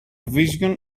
vision